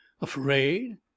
Afraid